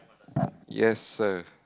yes sir